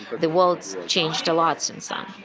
the world's changed a lot since um